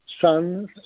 sons